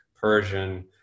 Persian